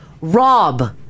Rob